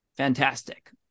fantastic